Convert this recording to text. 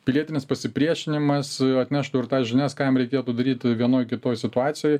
pilietinis pasipriešinimas atneštų ir tas žinias ką jam reikėtų daryt vienoj kitoj situacijoj